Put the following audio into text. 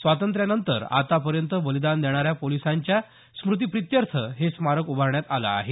स्वातंत्र्यानंतर आतापर्यंत बलिदान देणाऱ्या पोलिसांच्या स्मृतिपित्यर्थ हे स्मारक उभारण्यात आलं आहे